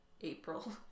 April